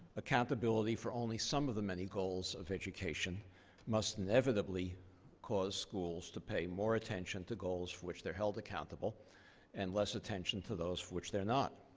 accountability for only some of the many goals of education must inevitably cause schools to pay more attention to goals for which they're held accountable and less attention to those for which they're not.